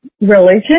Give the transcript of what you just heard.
religion